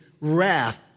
wrath